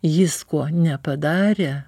jis ko nepadarė